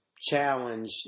challenge